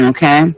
Okay